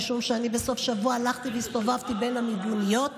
משום שאני בסוף שבוע הלכתי והסתובבתי בין המיגוניות,